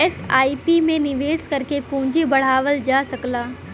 SIP में निवेश करके पूंजी बढ़ावल जा सकला